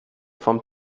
vom